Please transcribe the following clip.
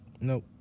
Nope